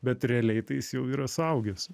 bet realiai tai jis jau yra suaugęs